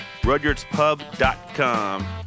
rudyardspub.com